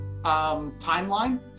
timeline